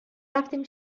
رفتیم